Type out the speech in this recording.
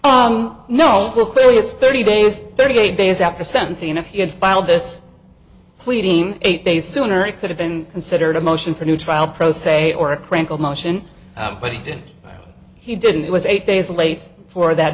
it no will clearly it's thirty days thirty eight days after sentencing and if he had filed this pleading eight days sooner it could have been considered a motion for a new trial pro se or a crank of motion but he didn't he didn't it was eight days late for that